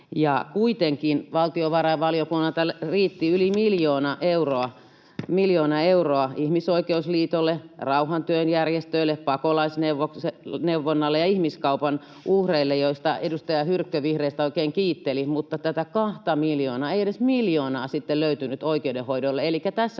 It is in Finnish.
kuitenkin valtiovarainvaliokunnalta riitti yli miljoona euroa — miljoona euroa — Ihmisoikeusliitolle, rauhantyön järjestöille, Pakolaisneuvonnalle ja ihmiskaupan uhreille, mitä edustaja Hyrkkö vihreistä oikein kiitteli, mutta ei tätä kahta miljoonaa, ei edes miljoonaa sitten löytynyt oikeudenhoidolle.